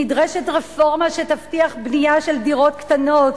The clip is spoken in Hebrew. נדרשת רפורמה שתבטיח בנייה של דירות קטנות,